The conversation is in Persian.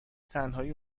تنهایی